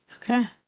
Okay